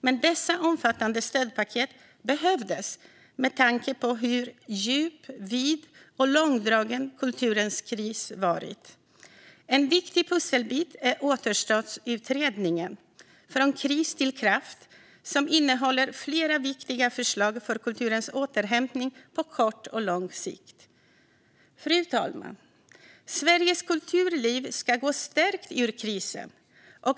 Men dessa omfattande stödpaket behövdes med tanke på hur djup, vid och långdragen kulturens kris har varit. En viktig pusselbit är Återstartsutredningens betänkande Från kris till kraft , som innehåller flera viktiga förslag för kulturens återhämtning på kort och lång sikt. Fru talman! Sveriges kulturliv ska gå stärkt ur krisen.